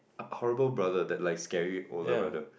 horrible brother that like scary older brother